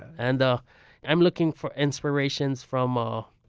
and i'm looking for inspirations from ah